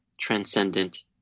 transcendent